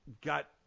Got